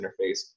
interface